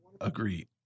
Agreed